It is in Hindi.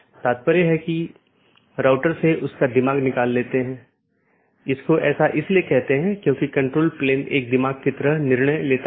तो यह AS संख्याओं का एक सेट या अनुक्रमिक सेट है जो नेटवर्क के भीतर इस राउटिंग की अनुमति देता है